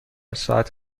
ساعت